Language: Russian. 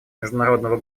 международного